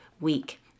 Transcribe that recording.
week